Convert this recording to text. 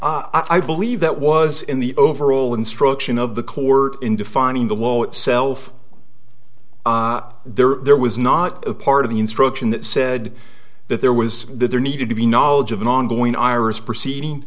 way i believe that was in the overall instruction of the court in defining the low itself there there was not a part of the instruction that said that there was that there needed to be knowledge of an ongoing iris proceeding